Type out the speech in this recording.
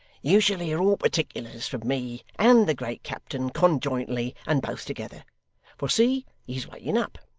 you shall hear all particulars from me and the great captain conjointly and both together for see, he's waking up.